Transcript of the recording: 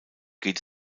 geht